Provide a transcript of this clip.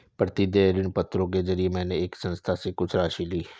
प्रतिदेय ऋणपत्रों के जरिये मैंने एक संस्था से कुछ राशि ली